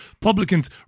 Publicans